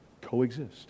coexist